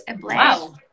Wow